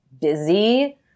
busy